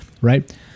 Right